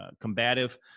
combative